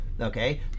okay